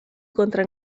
contra